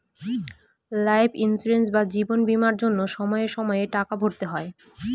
life insurance বা জীবন বীমার জন্য সময়ে সময়ে টাকা ভরতে হয়